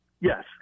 Yes